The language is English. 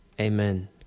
amen